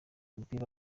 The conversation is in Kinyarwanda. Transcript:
umupira